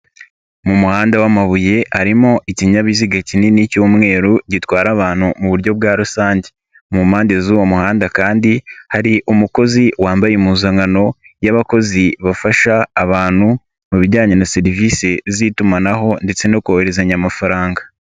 Mu muhanda w'amabuye harimo ikinyabiziga kinini cy'umweru gitwara abantu mu buryo bwa rusange. Mu mpande z'uwo muhanda kandi hari umukozi wambaye impuzankano y'abakozi bafasha abantu mu bijyanye na serivise z'itumanaho ndetse no koherezanya amafaranga.